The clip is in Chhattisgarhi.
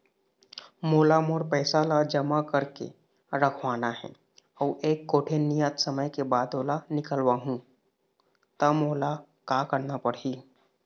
मोला मोर पैसा ला जमा करके रखवाना हे अऊ एक कोठी नियत समय के बाद ओला निकलवा हु ता मोला का करना पड़ही?